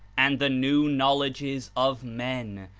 and the new knowledges of men,